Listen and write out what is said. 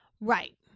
Right